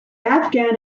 afghan